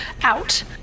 out